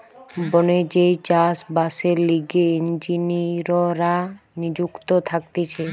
বনে যেই চাষ বাসের লিগে ইঞ্জিনীররা নিযুক্ত থাকতিছে